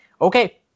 okay